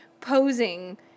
posing